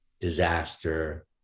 disaster